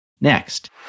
Next